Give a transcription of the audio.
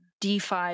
DeFi